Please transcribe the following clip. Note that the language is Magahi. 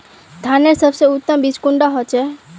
धानेर सबसे उत्तम बीज कुंडा होचए?